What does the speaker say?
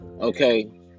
okay